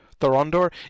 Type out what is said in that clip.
Thorondor